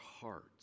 hearts